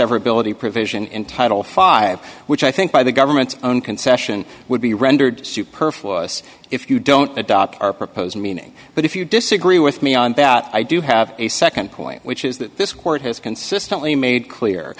severability provision in title five which i think by the government's own concession would be rendered superfluous if you don't adopt our proposed meaning but if you disagree with me on that i do have a nd point which is that this court has consistently made clear